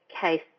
case